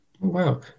Wow